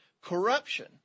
corruption